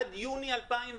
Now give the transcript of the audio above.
עד יוני 2020,